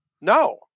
No